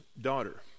daughter